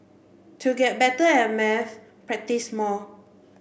to get better at maths practise more